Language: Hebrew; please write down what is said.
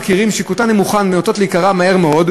לא מהילודה הפנימית אלא מערים בסביבה.